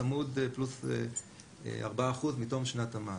צמוד + 4% מתום שנת המס.